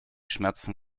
schmerzen